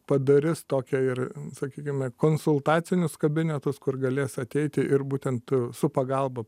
padarys tokią ir sakykime konsultacinius kabinetus kur galės ateiti ir būtent su pagalba